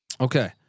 Okay